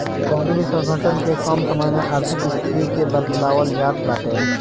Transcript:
कवनो भी संगठन के कम समय में आर्थिक स्थिति के बतावल जात बाटे